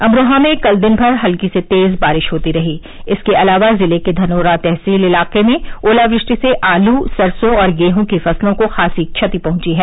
अमरोहा में कल दिनभर हल्की से तेज़ बारिश होती रही इसके अलावा जिले के धनौरा तहसील इलाके में ओलावृष्टि से आलू सरसों और गेहूँ की फ़सलों को ख़ासी क्षति पहुंची है